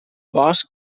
bosc